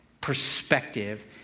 perspective